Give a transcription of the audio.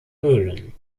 höhlen